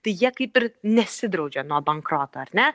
tai jie kaip ir nesidraudžia nuo bankroto ar ne